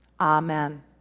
Amen